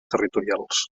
territorials